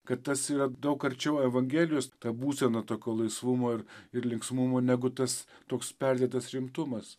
kad tas yra daug arčiau evangelijos ta būsena tokio laisvumo ir ir linksmumo negu tas toks perdėtas rimtumas